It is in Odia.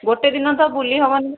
ଗୋଟେ ଦିନ ତ ବୁଲି ହେବନି